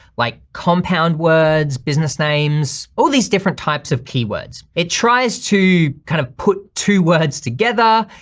like compound words, business names, all these different types of keywords. it tries to kind of put two words together.